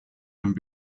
and